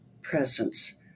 presence